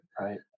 Right